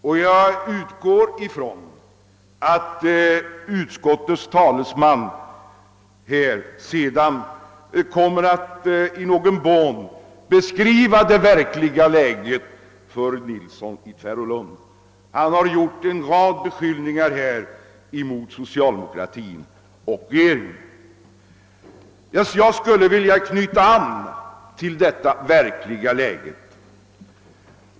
Jag förutsätter också att utskottets talesman kommer att beskriva det verkliga läget för herr Nilsson i Tvärålund, som riktade en rad beskyllningar mot socialdemokratin och regeringen. Jag skulle vilja knyta an till detta verkliga läge.